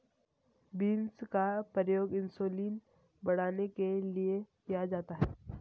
beans का प्रयोग insulin बढ़ाने के लिए किया जाता है